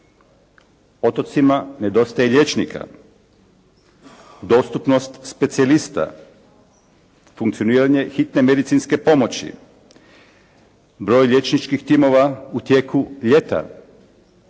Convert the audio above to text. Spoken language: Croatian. Otocima nedostaje liječnika, dostupnost specijalista, funkcioniranje hitne medicinske pomoći, broj liječničkih timova u tijeku ljeta